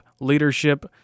leadership